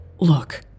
Look